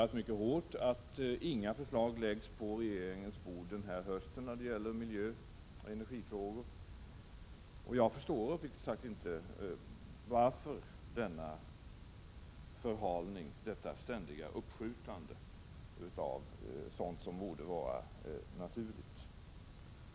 Jag har mycket hårt kritiserat att regeringen inte lägger fram några förslag i miljöoch energifrågor denna höst. Jag förstår uppriktigt sagt inte varför regeringen ständigt uppskjuter sådant som det borde vara naturligt att åtgärda.